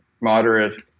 moderate